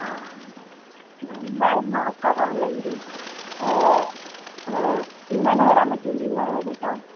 ആ okay okay ഞാൻ എന്തായാലും നോക്കാം കംപ്ലൈയിൻറ് നിങ്ങൾ ഇന്ന് തന്നെ വരാൻ പറ്റുകയാണെങ്കിൽ ഇന്ന് തന്നെ വരാം കേട്ടോ